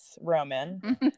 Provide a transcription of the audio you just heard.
Roman